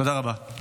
תודה רבה.